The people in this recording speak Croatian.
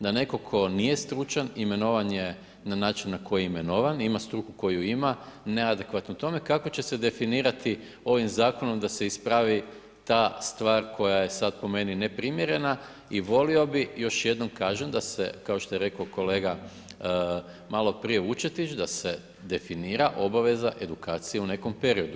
Da netko tko nije stručan, imenovan je na način na koji je imenovan, ima struku koju ima, neadekvatno tome, kako će se definirati ovim zakonom da se ispravi ta stvar koja je sad po meni neprimjerena i volio bih još jednom kažem, da se kao što je rekao kolega maloprije Vučetić, da se definira obaveza edukacije u nekom periodu.